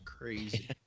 crazy